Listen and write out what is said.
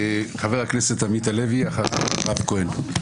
חבר הכנסת עמית הלוי, אחריו מירב כהן.